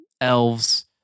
elves